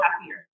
happier